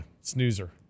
snoozer